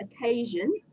occasion